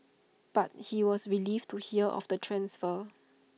but he was relieved to hear of the transfer